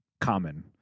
common